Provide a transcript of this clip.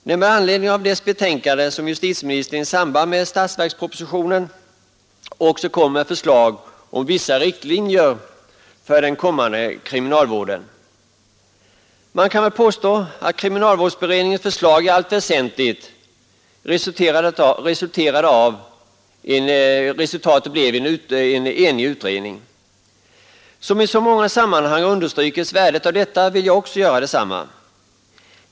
Det är med anledning av dess betänkande som justitieministern i samband med statsverkspropositionen också framlade förslag om vissa riktlinjer för den kommande kriminalvården. Man kan väl påstå att kriminalvårdsberedningens förslag i allt väsentligt var ett resultat av en enig utredning. Värdet av detta har understrukits i många sammanhang, och det vill jag också göra.